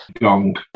gong